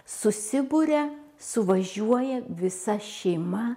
susiburia suvažiuoja visa šeima